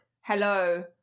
Hello